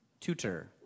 Tutor